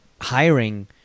hiring